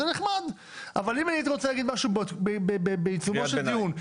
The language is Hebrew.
זה נחמד אבל אני רוצה להגיד משהו בעיצומו של דיון,